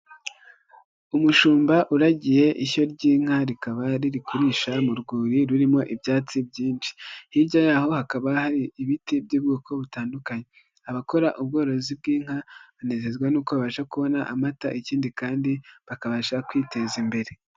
Umushumba uragiye ishyo ry'inka rikaba ririgurisha mu rwuri rurimo ibyatsi byinshi, hirya yaho hakaba hari ibiti by'ubwoko butandukanye, abakora ubworozi bw'inka banezezwa nuko babasha kubona amata ikindi kandi bakabasha kwiteza imbere.